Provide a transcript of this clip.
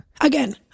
again